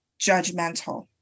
judgmental